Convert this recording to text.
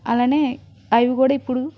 అలానే అవి కూడా ఇప్పుడు